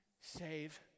save